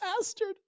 bastard